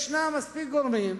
יש מספיק גורמים,